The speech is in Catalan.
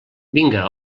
vinga